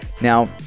now